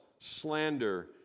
slander